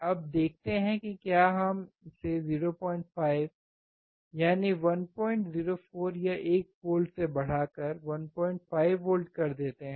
अब देखते हैं कि क्या हम इसे 05 यानी 104 या 1 वोल्ट से बढ़ाकर 15 वोल्ट कर देते हैं